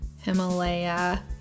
Himalaya